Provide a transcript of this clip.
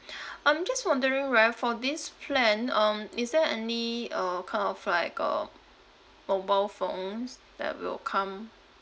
I'm just wondering right for this plan um is there any uh kind of like uh mobile phones that will come